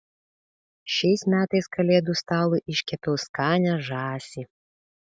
šiais metais kalėdų stalui iškepiau skanią žąsį